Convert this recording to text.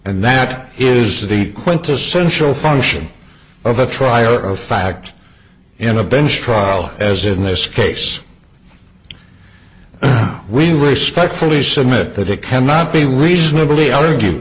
and that is the quintessential function of a trial or of fact in a bench trial as in this case we respectfully submit that it cannot be reasonably argue